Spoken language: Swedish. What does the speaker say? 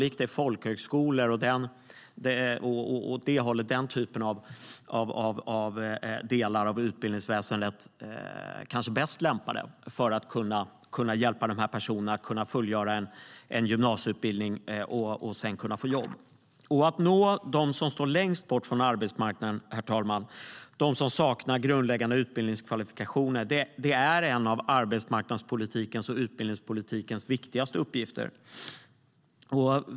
Snarare är folkhögskolor och sådana delar av utbildningsväsendet kanske bäst lämpade för att hjälpa dessa personer att fullgöra en gymnasieutbildning och sedan kunna få jobb. Herr talman! Att nå dem som står längst bort från arbetsmarknaden som saknar grundläggande utbildningskvalifikationer är en av arbetsmarknadspolitikens och utbildningspolitikens viktigaste uppgifter.